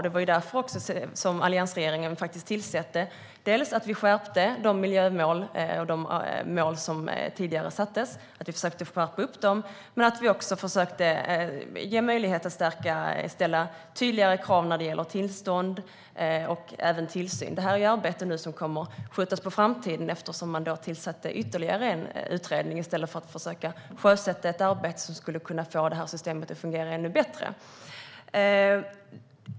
Det var också därför som alliansregeringen dels skärpte de miljömål som tidigare sattes, dels försökte ge möjlighet att ställa tydligare krav när det gäller tillstånd och även tillsyn. Det här är ett arbete som nu kommer att skjutas på framtiden, eftersom man tillsatte ytterligare en utredning i stället för att sjösätta ett arbete som skulle kunna få det här systemet att fungera ännu bättre.